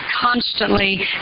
constantly